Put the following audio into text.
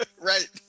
Right